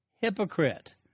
Hypocrite